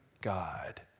God